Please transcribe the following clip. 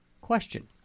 Question